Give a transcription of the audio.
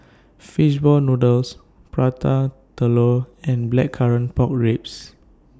Fish Ball Noodles Prata Telur and Blackcurrant Pork Ribs